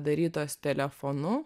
darytos telefonu